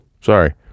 sorry